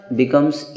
becomes